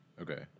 Okay